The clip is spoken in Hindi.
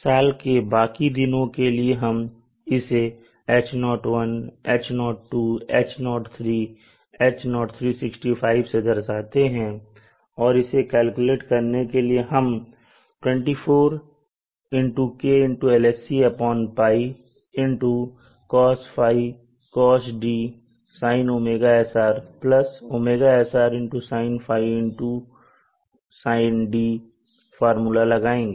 साल के बाकी दिनों के लिए हम इसे H0 H0 H0 H0 दर्शाते हैं और इसे कैलकुलेट करने के लिए हम 24 k LSC Π Cos ϕ Cos d Sin ωsr ωsr Sin ϕ Sind formula लगाएंगे